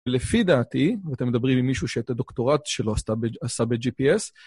לפי דעתי, ואתם מדברים עם מישהו שאת הדוקטורט שלו עשה ב-GPS,